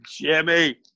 Jimmy